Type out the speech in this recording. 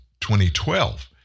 2012